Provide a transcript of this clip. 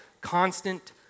Constant